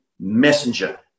Messenger